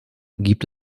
gibt